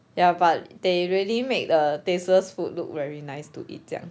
ya but they really make the tasteless food look very nice to eat 这样